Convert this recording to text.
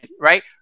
right